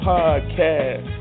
Podcast